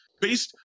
based